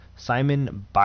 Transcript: Simon